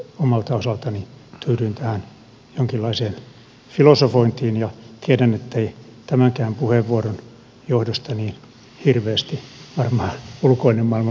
omalta osaltani tyydyn tähän jonkinlaiseen filosofointiin ja tiedän ettei tämänkään puheenvuoron johdosta niin hirveästi varmaan ulkoinen maailma päätä silitä